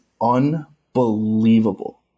unbelievable